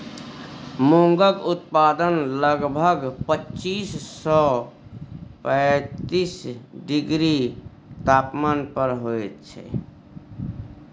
मूंगक उत्पादन लगभग पच्चीस सँ पैतीस डिग्री तापमान पर होइत छै